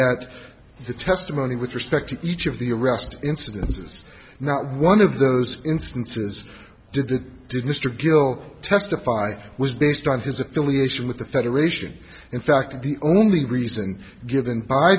at the testimony with respect to each of the arrest incidences not one of those instances did it did mr gill testify was based on his affiliation with the federation in fact the only reason given by